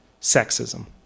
sexism